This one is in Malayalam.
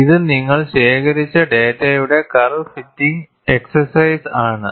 ഇത് നിങ്ങൾ ശേഖരിച്ച ഡാറ്റയുടെ കർവ് ഫിറ്റിംഗ് എക്സ്ർസൈസ് ആണ്